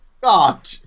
God